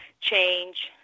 change